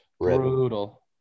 brutal